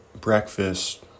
breakfast